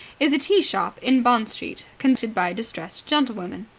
is a tea-shop in bond street, conducted by distressed gentlewomen.